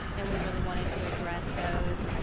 and we really wanted to address those.